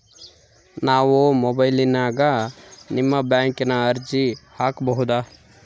ನಾವು ಮೊಬೈಲಿನ್ಯಾಗ ನಿಮ್ಮ ಬ್ಯಾಂಕಿನ ಅರ್ಜಿ ಹಾಕೊಬಹುದಾ?